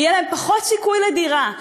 יהיה להן פחות סיכוי לדירה.